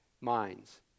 minds